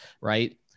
Right